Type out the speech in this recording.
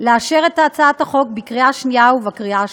לאשר את הצעת החוק בקריאה שנייה ובקריאה שלישית.